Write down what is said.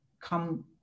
come